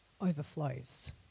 overflows